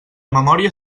memòria